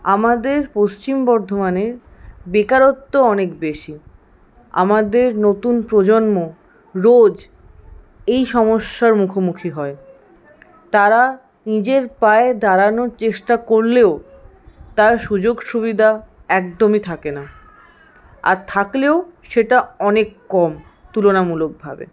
আমাদের পশ্চিম বর্ধমানে বেকারত্ব অনেক বেশী আমাদের নতুন প্রজন্ম রোজ এই সমস্যার মুখোমুখি হয় তারা নিজের পায়ে দাঁড়ানোর চেষ্টা করলেও তার সুযোগ সুবিধা একদমই থাকে না আর থাকলেও সেটা অনেক কম তুলনামূলকভাবে